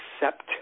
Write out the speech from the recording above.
accept